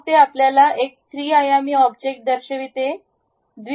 मग ते आपल्याला एक 3 आयामी ऑब्जेक्ट दर्शविते